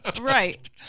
Right